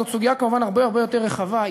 זאת סוגיה כמובן הרבה הרבה יותר רחבה,